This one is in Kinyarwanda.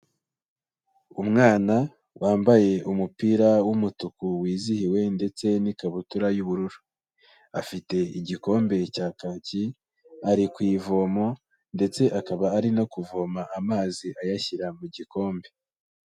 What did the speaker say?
Umwana wambaye umupira w'umutuku wizihiwe, ndetse n'ikabutura y'ubururu, afite igikombe cya kaki ari ku ivoma, ndetse akaba ari no kuvoma amazi ayashyira mu gikombe.